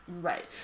Right